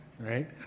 right